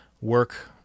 work